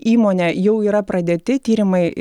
įmonė jau yra pradėti tyrimai